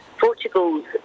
Portugal's